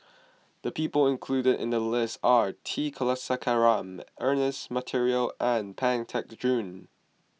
the people included in the list are T Kulasekaram Ernest Monteiro and Pang Teck Joon